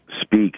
speak